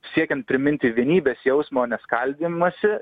siekiant priminti vienybės jausmą o ne skaldymąsi